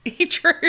True